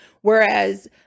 Whereas